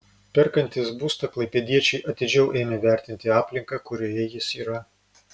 perkantys būstą klaipėdiečiai atidžiau ėmė vertinti aplinką kurioje jis yra